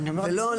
ולא,